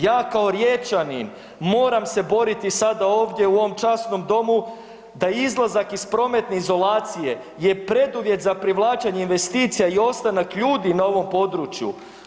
Ja kao Riječanin moram se boriti sada ovdje u ovom časnom domu da izlazak iz prometne izolacije je preduvjet za privlačenje investicija i ostanak ljudi na ovom području.